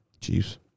Chiefs